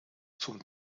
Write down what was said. zum